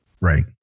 right